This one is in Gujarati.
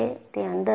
તે અંદર નથી